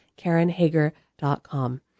KarenHager.com